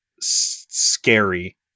scary